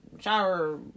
shower